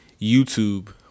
YouTube